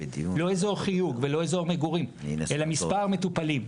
לא אזור חיוג ולא אזור מגורים אלא מספר מטופלים.